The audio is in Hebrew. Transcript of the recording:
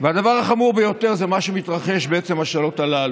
והדבר החמור ביותר זה מה שמתרחש בעצם השעות הללו.